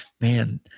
man